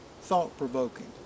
thought-provoking